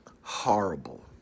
horrible